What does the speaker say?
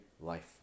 life